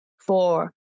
four